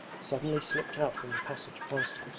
suddenly slipped out from the passage past